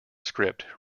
script